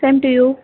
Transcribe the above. same to you